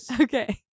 Okay